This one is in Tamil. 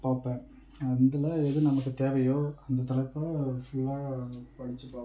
பார்ப்பேன் அதில் எது நமக்கு தேவையோ அந்த தலைப்பில் ஃபுல்லா படித்து பார்ப்பேன்